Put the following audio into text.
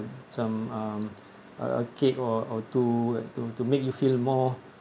some um a cake or two to to make you feel more